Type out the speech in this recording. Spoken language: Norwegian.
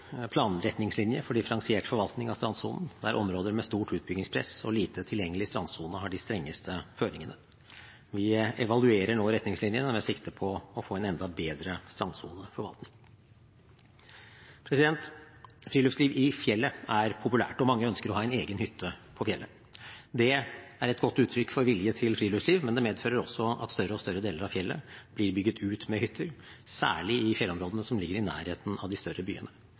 for differensiert forvaltning av strandsonen, der områder med stort utbyggingspress og lite tilgjengelig strandsone har de strengeste føringene. Vi evaluerer nå retningslinjene med sikte på å få en enda bedre strandsoneforvaltning. Friluftsliv i fjellet er populært, og mange ønsker å ha en egen hytte på fjellet. Det er et godt uttrykk for vilje til friluftsliv, men det medfører også at større og større deler av fjellet blir bygget ut med hytter, særlig i fjellområdene som ligger i nærheten av de større byene.